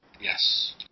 Yes